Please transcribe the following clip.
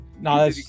No